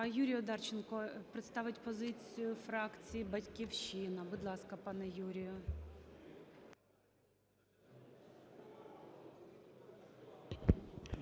Юрій Одарченко представить позицію фракції "Батьківщина". Будь ласка, пане Юрію.